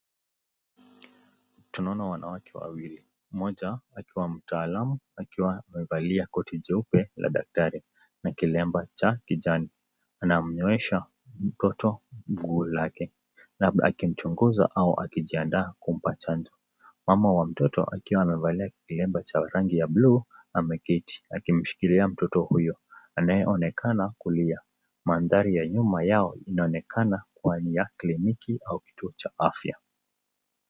Tunaona wanawake wawili, mmoja akiwa mtaalamu akiwa amevalia koti jeupe la daktari na kilemba cha kijani. Anamywesha mtoto nguo zake labda akichunguza ama akijiandaa kumpa chanjo. Mama wa mtoto akiwa amevalia kilemba cha rangi ya blue ameketi akimshikilia mtoto huyo anayeonekana kulia. Mandhari ya nyuma Yao inaonekana kuwa ya cliniki au kituo cha afya.